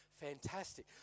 fantastic